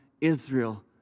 Israel